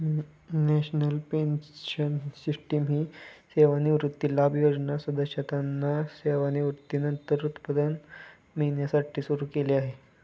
national pension system ही सेवानिवृत्ती लाभ योजना सदस्यांना सेवानिवृत्तीनंतर उत्पन्न मिळण्यासाठी सुरू केली आहे